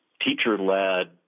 teacher-led